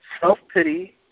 Self-pity